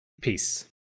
peace